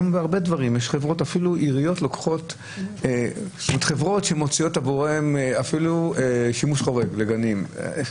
היום אפילו עיריות לוקחות חברות שמוציאות עבורן אפילו שימוש חורג לגנים.